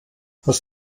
hast